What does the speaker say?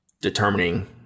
determining